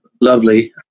lovely